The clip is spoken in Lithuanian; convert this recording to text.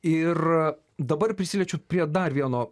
ir dabar prisiliečiu prie dar vieno